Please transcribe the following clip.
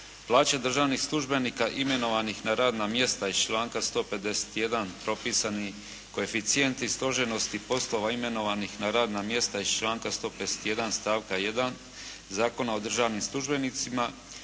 plaće državnih službenika imenovanih na radna mjesta iz članka 151. propisani koeficijenti stožernosti poslova imenovanih na radna mjesta iz članka 151. stavka 1. Zakona o državnim službenicima,